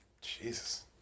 Jesus